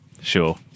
Sure